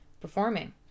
performing